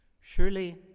Surely